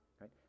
right